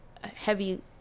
heavy